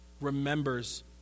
remembers